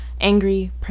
angry